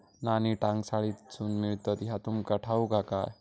नाणी टांकसाळीतसून मिळतत ह्या तुमका ठाऊक हा काय